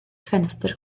ffenest